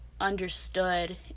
understood